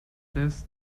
this